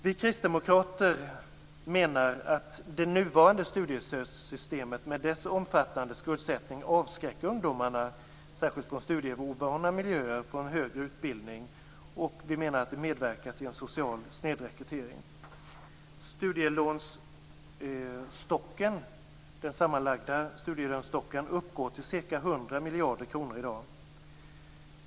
Vi kristdemokrater menar att det nuvarande studiestödssystemet med dess omfattande skuldsättning avskräcker ungdomarna, särskilt från studieovana miljöer, från högre utbildning. Vi menar att det medverkar till en social snedrekrytering. 100 miljarder kronor i dag.